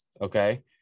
Okay